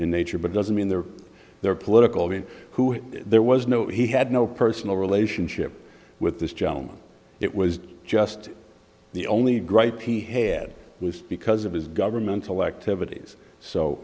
in nature but doesn't mean they're they're political being who is there was no he had no personal relationship with this gentleman it was just the only gripe he had was because of his governmental activities so